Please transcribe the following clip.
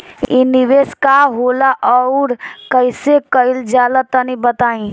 इ निवेस का होला अउर कइसे कइल जाई तनि बताईं?